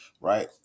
right